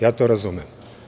Ja to razumem.